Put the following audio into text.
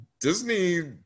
Disney